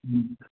ਹਮ